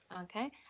okay